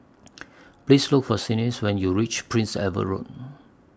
Please Look For when YOU REACH Prince Edward Road